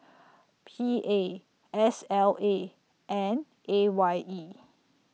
P A S L A and A Y E